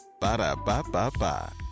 Ba-da-ba-ba-ba